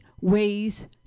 ways